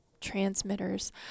transmitters